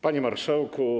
Panie Marszałku!